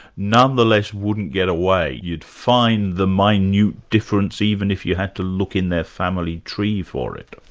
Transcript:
nonetheless wouldn't get away. you'd find the minute difference even if you had to look in their family tree for it.